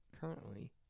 currently